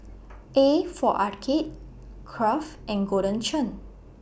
A For Arcade Kraft and Golden Churn